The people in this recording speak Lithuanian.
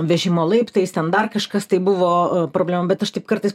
vežimo laiptais ten dar kažkas tai buvo problemų bet aš taip kartais